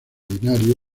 binario